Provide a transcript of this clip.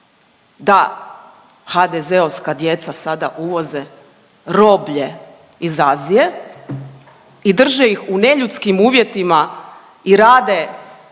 da HDZ-ovska djeca sada uvoze roblje iz Azije i drže ih u neljudskim uvjetima i rade bez